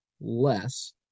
less